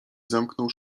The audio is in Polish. zamknął